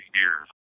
years